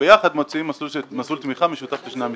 וביחד מוציאים מסלול תמיכה משותף לשני המשרדים.